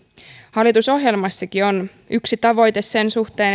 hallitusohjelmassakin on yksi tavoite sen suhteen